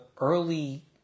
early